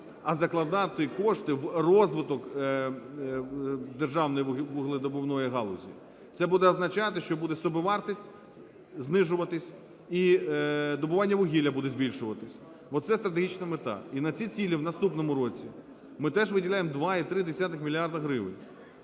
а закладати кошти в розвиток державної вугледобувної галузі. Це буде означати, що буде собівартість знижуватись і добування вугілля буде збільшуватись, бо це стратегічна мета. І на ці цілі в наступному році ми теж виділяємо 2,3 мільярда гривень.